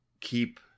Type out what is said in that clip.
keep